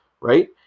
right